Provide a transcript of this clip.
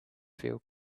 feel